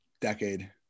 decade